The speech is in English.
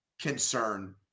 concern